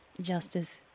Justice